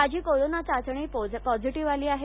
माझी कोरोना चाचणी पॉझिटिव्ह आली आहे